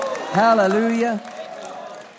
Hallelujah